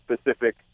specific